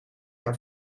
are